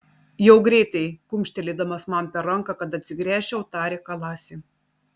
jau greitai kumštelėdamas man per ranką kad atsigręžčiau tarė kalasi